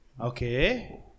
Okay